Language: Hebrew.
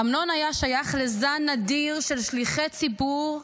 אמנון היה שייך לזן נדיר של שליחי ציבור,